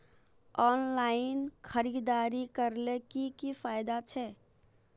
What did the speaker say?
Online खरीदारी करले की की फायदा छे?